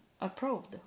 approved